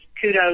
kudos